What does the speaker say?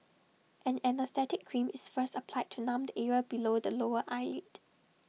an anaesthetic cream is first applied to numb the area below the lower eyelid